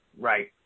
Right